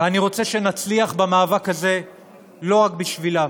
ואני רוצה שנצליח במאבק הזה לא רק בשבילם.